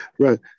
Right